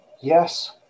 yes